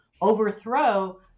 overthrow